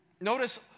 Notice